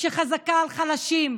שחזקה על חלשים,